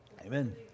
Amen